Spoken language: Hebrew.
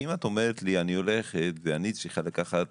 כי אם את אומרת לי שאת הולכת ואת צריכה לקחת